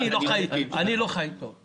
אני לא חי עם זה טוב.